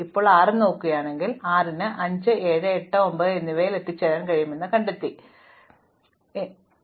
ഇപ്പോൾ ഞാൻ 6 നോക്കുകയാണെങ്കിൽ 6 ന് 5 7 8 9 എന്നിവയിലെത്താൻ കഴിയുമെന്ന് ഞാൻ കണ്ടെത്തി ഇവയെല്ലാം ഇതിനകം അയൽവാസികളാണെന്ന് അറിയപ്പെടുന്നവ 1 മുതൽ എത്തിച്ചേരാം